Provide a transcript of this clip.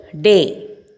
day